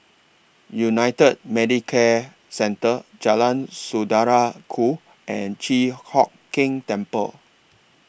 United Medicare Centre Jalan Saudara Ku and Chi Hock Keng Temple